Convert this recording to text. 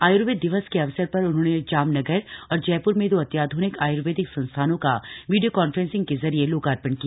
आयुर्वेद दिवस के अवसर पर उन्होंने जामनगर और जयपुर में दो अत्याध्निक आय्र्वेदिक संस्थानों का वीडियो कांफ्रेंस के जरिए लोकार्पण किया